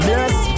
Yes